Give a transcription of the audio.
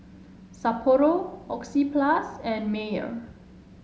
Sapporo Oxyplus and Mayer